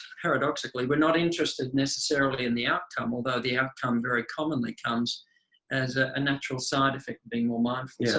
paradoxically we're not interested necessarily in the outcome, although the outcome very commonly comes as a natural side effect of being more mindful.